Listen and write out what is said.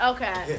Okay